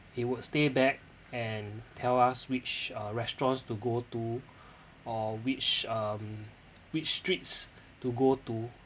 he would stay back and tell us uh which restaurants to go to or which um which streets to go to